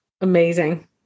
Amazing